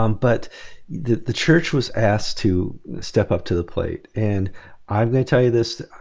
um but the the church was asked to step up to the plate and i'm gonna tell you this.